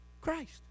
Christ